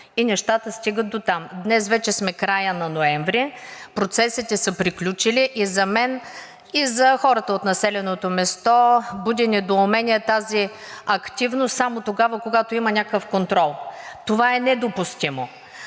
и нещата стигат дотам. Днес вече сме краят на ноември. Процесите са приключили. И за мен, и за хората от населеното място буди недоумение тази активност само тогава, когато има някакъв контрол. Това е недопустимо!